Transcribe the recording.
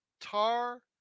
Tar